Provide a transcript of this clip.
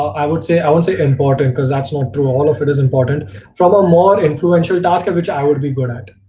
i would say i won't say important and cause that's not true. all of it is important from a more influential task of which i would be good at.